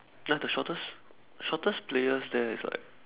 ya the shortest shortest player there is like